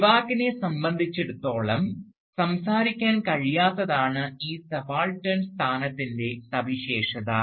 സ്പിവാക്കിനെ സംബന്ധിച്ചിടത്തോളം സംസാരിക്കാൻ കഴിയാത്തതാണ് ഈ സബാൾട്ടൻ സ്ഥാനത്തിൻറെ സവിശേഷത